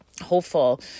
hopeful